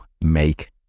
make